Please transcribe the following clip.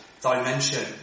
dimension